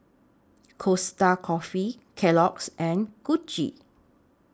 Costa Coffee Kellogg's and Gucci